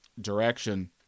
direction